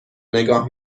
نگاه